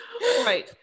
Right